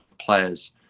players